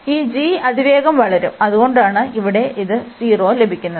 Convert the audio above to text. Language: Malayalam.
ഈ g അതിവേഗം വളരും അതുകൊണ്ടാണ് ഇവിടെ ഇത് 0 ലഭിക്കുന്നത്